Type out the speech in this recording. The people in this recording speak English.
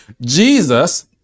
Jesus